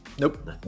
Nope